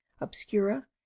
obscura